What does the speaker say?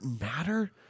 matter